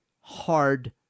hard